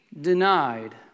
denied